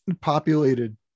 populated